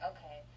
Okay